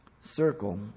Circle